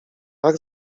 ach